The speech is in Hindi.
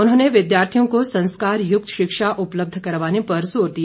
उन्होंने विद्यार्थियों को संस्कारयुक्त शिक्षा उपलब्ध करवाने पर जोर दिया